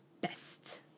Best